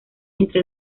entre